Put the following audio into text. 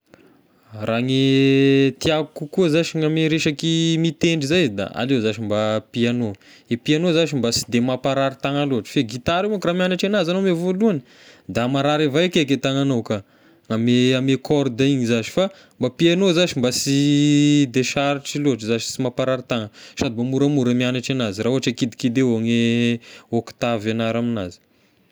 Raha gne tiako kokoa zashy ny ame resaky mitendry izay da aleo zashy mba piano, e piano zashy mba sy de mamparary tagnà loatra fa e gitara io manko raha mianatra anazy agnao ame voalohany da marary avao eky e tagnanao io ka, amy- ame corde igny zashy, fa mba piano zashy mba sy de sarotry loatra zashy, sy mamparary tagnana, sady mba moramora mianatry anazy raha ohatra kidikidy eo ny oktavy hiagnara aminazy.